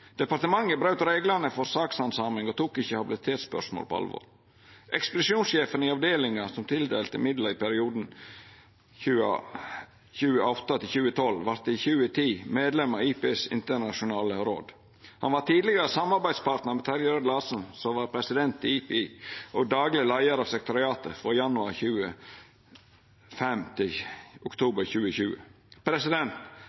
Departementet braut reglane for sakshandsaming og tok ikkje habilitetsspørsmål på alvor. Ekspedisjonssjefen i avdelinga som tildelte midlar i perioden 2008–2012, vart i 2010 medlem av IPIs internasjonale råd. Han var tidlegare samarbeidspartnar av Terje Rød-Larsen, som var president i IPI, og dagleg leiar av sekretariatet frå januar 2005 til